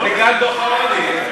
דיקן דוח העוני.